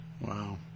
Wow